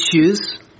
issues